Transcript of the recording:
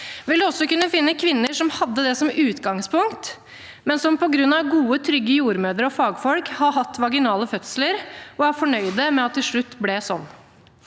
vil man også kunne finne kvinner som hadde det som utgangspunkt, men som på grunn av gode, trygge jordmødre og fagfolk har hatt vaginal fødsel og er fornøyd med at det til slutt ble sånn.